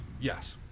Yes